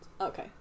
Okay